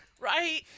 Right